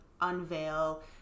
unveil